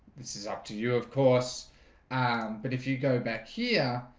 this is up to you. of course but if you go back here,